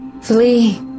Flee